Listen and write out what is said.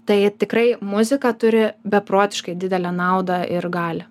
tai tikrai muzika turi beprotiškai didelę naudą ir galią